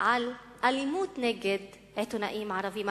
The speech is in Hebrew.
של אלימות נגד עיתונאים ערבים.